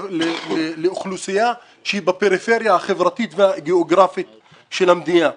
לאוכלוסייה שהיא בפריפריה החברתית והגיאוגרפית של המדינה.